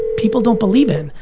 people don't believe in,